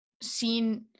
seen